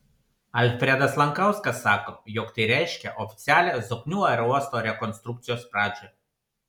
alfredas lankauskas sako jog tai reiškia oficialią zoknių aerouosto rekonstrukcijos pradžią